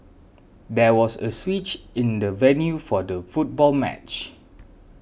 there was a switch in the venue for the football match